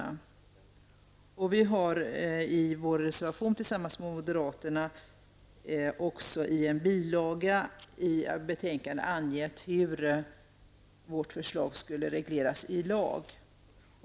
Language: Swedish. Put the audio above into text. Vi har i bilaga till vår reservation tillsammans med moderaterna angett hur vårt förslag skulle regleras i lag.